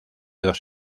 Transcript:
dos